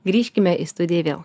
grįžkime į studiją vėl